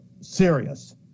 serious